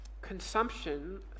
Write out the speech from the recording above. Consumption